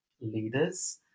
leaders